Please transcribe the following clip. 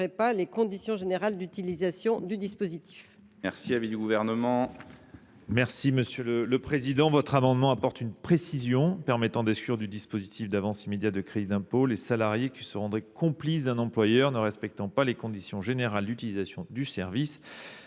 pas les conditions générales d’utilisation du dispositif. Quel est l’avis du Gouvernement ? Cet amendement, qui tend à apporter une précision permettant d’exclure du dispositif d’avance immédiate de crédit d’impôt les salariés qui se rendraient complices d’un employeur ne respectant pas les conditions générales d’utilisation du service,